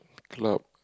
club